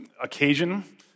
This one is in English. occasion